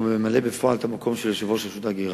שהוא ממלא בפועל את המקום של יושב-ראש רשות ההגירה,